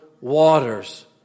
waters